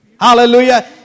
Hallelujah